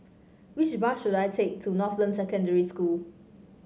which bus should I take to Northland Secondary School